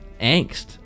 angst